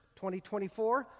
2024